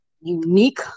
unique